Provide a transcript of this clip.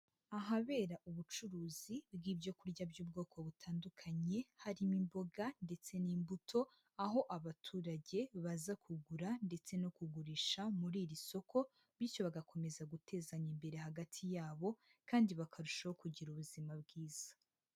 Ahabera ubucuruzi bw'ibyo kurya by'ubwoko butandukanye, harimo imboga ndetse n'imbuto, aho abaturage baza kugura ndetse no kugurisha muri iri soko, bityo bagakomeza gutezanya imbere hagati yabo kandi bakarushaho kugira ubuzima bwiza.